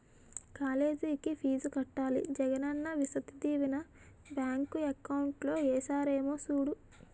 కాలేజికి ఫీజు కట్టాలి Jagananna Vasathi Deevena bank account లో ఏసారేమో సూడు